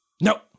No